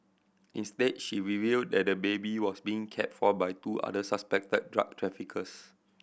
instead she revealed that the baby was being cared for by two other suspected drug traffickers